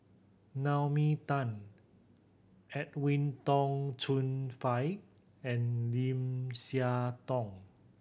Naomi Tan Edwin Tong Chun Fai and Lim Siah Tong